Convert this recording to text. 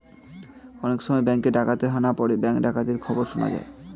অনেক সময় ব্যাঙ্কে ডাকাতের হানা পড়ে ব্যাঙ্ক ডাকাতির খবর শোনা যায়